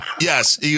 Yes